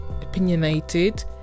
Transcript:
opinionated